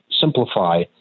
simplify